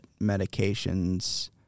medications